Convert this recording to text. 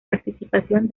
participación